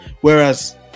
Whereas